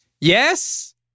Yes